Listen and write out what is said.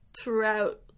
throughout